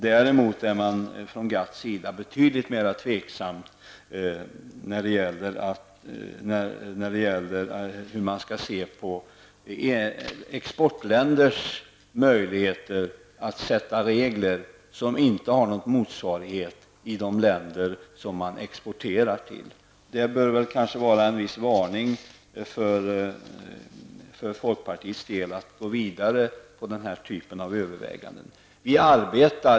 Däremot är man från GATTs sida betydligt mer tveksam om hur man skall se på exportländers möjligheter att skapa regler som inte har något motsvarighet i de länder man exporterar till. Det bör kanske vara en varning till folkpartiet att inte fortsätta med den här typen av överväganden.